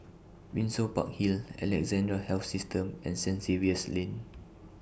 Windsor Park Hill Alexandra Health System and Saint Xavier's Lane